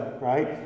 right